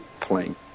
playing